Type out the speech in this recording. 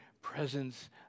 presence